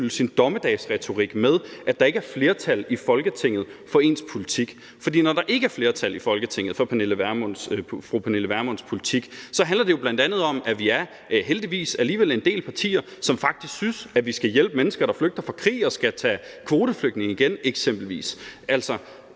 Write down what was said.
undskylde sin dommedagsretorik med, at der ikke er flertal i Folketinget for ens politik. For når der ikke er flertal i Folketinget for fru Pernille Vermunds politik, handler det jo bl.a. om, at vi alligevel er – heldigvis – en del partier, som faktisk synes, at vi skal hjælpe mennesker, der flygter fra krig, og at vi skal tage kvoteflygtninge igen, eksempelvis.